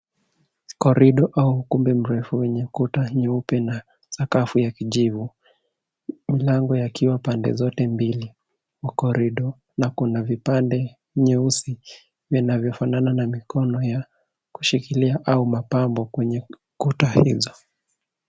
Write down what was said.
Corridor au ukumbi mrefu wenye kuta nyeupe na sakafu ya kijivu milango yakiwa pande zote mbili wa corridor na kuna vipande nyeusi vinavyo fanana na mikono ya kushilikia au mapambo kwenye ukuta hizo.